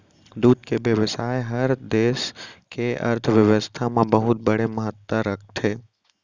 दूद के बेवसाय हर देस के अर्थबेवस्था म बहुत बड़े महत्ता राखथे